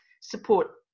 support